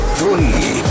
three